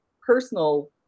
personal